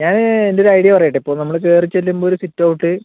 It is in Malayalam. ഞാന് എൻ്റെ ഒരു ഐഡിയ പറയട്ടേ ഇപ്പോൾ നമ്മള് കയറി ചെല്ലുമ്പോൾ ഒരു സിറ്റ്ഔട്ട്